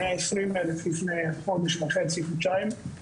120 אלף לפני חודש וחצי, חודשיים.